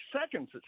seconds